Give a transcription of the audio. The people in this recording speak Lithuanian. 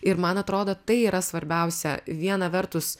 ir man atrodo tai yra svarbiausia viena vertus